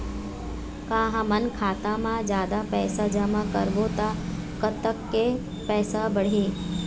का हमन खाता मा जादा पैसा जमा करबो ता कतेक पैसा बढ़ही?